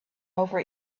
over